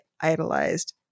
idolized